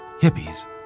Hippies